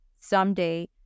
someday